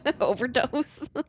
overdose